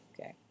Okay